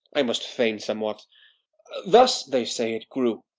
i must feign somewhat thus they say it grew.